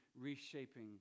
reshaping